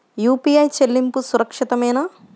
UPI చెల్లింపు సురక్షితమేనా?